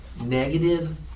negative